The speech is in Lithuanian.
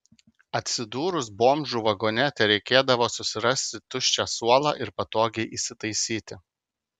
atsidūrus bomžų vagone tereikėdavo susirasti tuščią suolą ir patogiai įsitaisyti